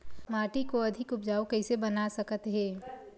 माटी को अधिक उपजाऊ कइसे बना सकत हे?